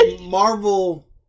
Marvel